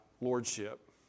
lordship